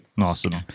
Awesome